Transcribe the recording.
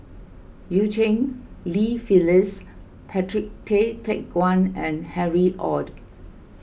Eu Cheng Li Phyllis Patrick Tay Teck Guan and Harry Ord